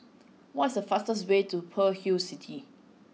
what is the fastest way to Pearl's Hill City